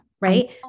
Right